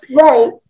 Right